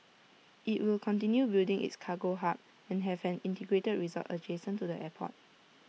IT will continue building its cargo hub and have an integrated resort adjacent to the airport